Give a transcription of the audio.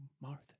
Martha